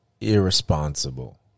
irresponsible